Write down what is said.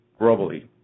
globally